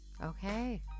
Okay